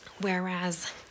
whereas